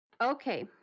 Okay